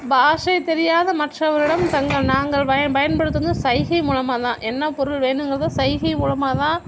பாஷை தெரியாத மற்றவர்களிடம் தங்கள் நாங்கள் பயன் பயன்படுத்துவது வந்து சைகை மூலமாகதான் என்னப்பொருள் வேணுங்கிறதோ சைகை மூலமாகதான்